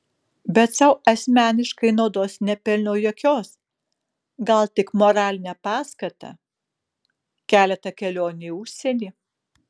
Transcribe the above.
bet sau asmeniškai naudos nepelniau jokios gal tik moralinę paskatą keletą kelionių į užsienį